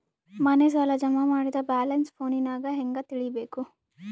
ಮನೆ ಸಾಲ ಜಮಾ ಮಾಡಿದ ಬ್ಯಾಲೆನ್ಸ್ ಫೋನಿನಾಗ ಹೆಂಗ ತಿಳೇಬೇಕು?